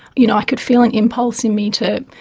you know i could feel an impulse in me to,